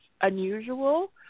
unusual